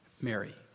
Mary